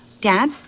Dad